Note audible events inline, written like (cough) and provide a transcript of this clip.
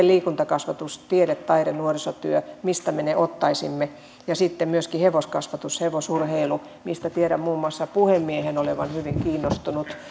(unintelligible) liikuntakasvatus tiede taide nuorisotyö tällaista rahaa mistä me ne ottaisimme ja sitten myöskin hevoskasvatus hevosurheilu mistä tiedän muun muassa puhemiehen olevan hyvin kiinnostunut